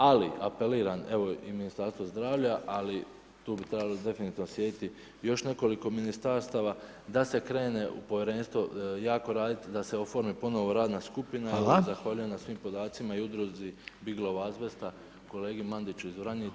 Ali apeliram, evo i Ministarstvu zdravlja ali tu bi trebalo definitivno sjediti i još nekoliko ministarstava da se krene u povjerenstvo jako raditi da se oformi ponovno radna skupina i zahvaljujem na svim podacima i Udruzi … azbesta, kolegi Mandiću iz Vranjica [[Upadica Reiner: Hvala lijepa.]] Hvala.